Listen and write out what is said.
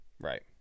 right